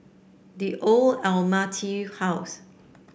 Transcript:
The Old House